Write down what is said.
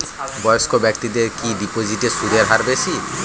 বয়স্ক ব্যেক্তিদের কি ডিপোজিটে সুদের হার বেশি?